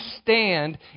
stand